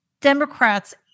Democrats